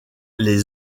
les